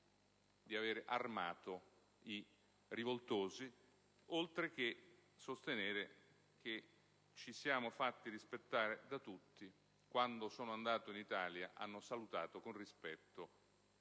di avere armato i rivoltosi, oltre a sostenere che: «Ci siamo fatti rispettare da tutti: quando sono andato in Italia hanno salutato con rispetto